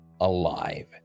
alive